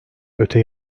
öte